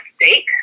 mistake